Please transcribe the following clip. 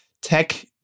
tech